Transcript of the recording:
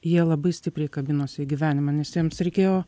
jie labai stipriai kabinosi į gyvenimą nes jiems reikėjo